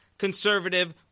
Conservative